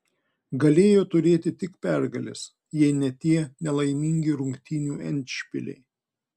galėjo turėti tik pergales jei ne tie nelaimingi rungtynių endšpiliai